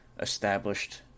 established